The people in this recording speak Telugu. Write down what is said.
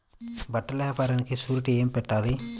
బట్టల వ్యాపారానికి షూరిటీ ఏమి పెట్టాలి?